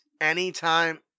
anytime